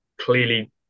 clearly